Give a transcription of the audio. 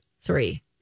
Three